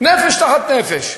נפש תחת נפש.